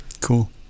Cool